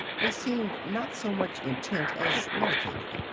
they seemed not so much intent as meditative,